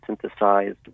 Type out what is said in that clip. synthesized